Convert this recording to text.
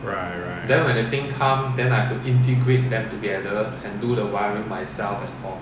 right right right